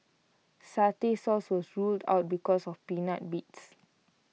Satay Sauce was ruled out because of peanut bits